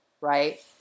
right